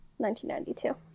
1992